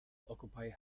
occupy